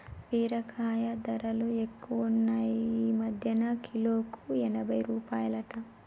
బీరకాయ ధరలు ఎక్కువున్నాయ్ ఈ మధ్యన కిలోకు ఎనభై రూపాయలట